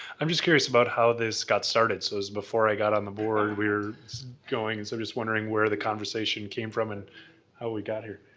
i'm just curious about how this got started. so, it was before i got on the board, we were going. and so, i'm just wondering where the conversation came from and how we got here.